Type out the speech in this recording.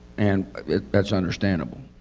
and that is understandable.